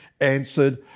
answered